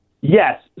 Yes